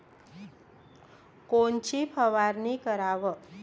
कोनची फवारणी कराव?